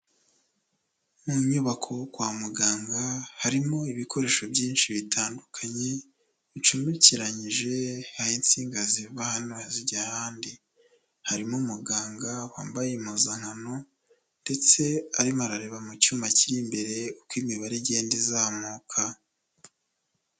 Mu nyubako kwa muganga, harimo ibikoresho byinshi bitandukanye, bicomekeranyije, hari insinga ziva hano zijya ahandi, harimo umuganga wambaye impuzankano, ndetse arimo arareba mu cyuma kiri imbere uko imibare igenda izamuka.